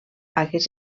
hagués